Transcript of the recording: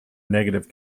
negative